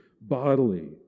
bodily